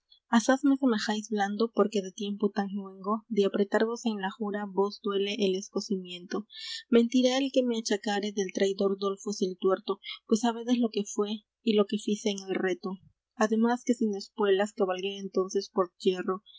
asaz me semejáis blando porque de tiempo tan luengo de apretarvos en la jura vos duele el escocimiento mentirá el que me achacare del traidor dolfos el tuerto pues sabedes lo que fué y lo que fice en el reto además que sin espuelas cabalgué entonces por yerro